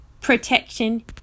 protection